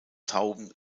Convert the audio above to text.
tauben